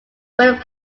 philip